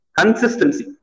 consistency